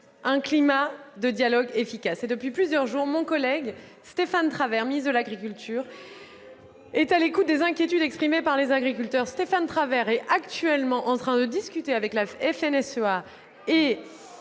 un climat de dialogue efficace. Depuis plusieurs jours, mon collègue Stéphane Travert, ministre de l'agriculture, est à l'écoute des inquiétudes exprimées par les agriculteurs. Stéphane Travers est actuellement en train de discuter avec la FNSEA et